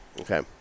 Okay